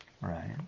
right